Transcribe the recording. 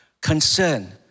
concern